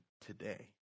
today